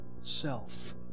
self